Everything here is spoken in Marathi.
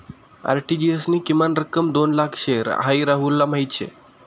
आर.टी.जी.एस नी किमान रक्कम दोन लाख शे हाई राहुलले माहीत शे